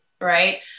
Right